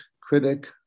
critic